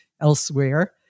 elsewhere